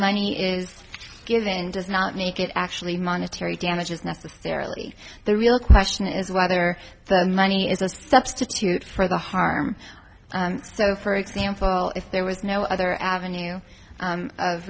money is given does not make it actually monetary damages necessarily the real question is whether the money is a substitute for the harm so for example if there was no other avenue